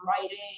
writing